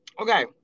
Okay